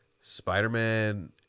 Spider-Man